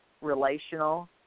Relational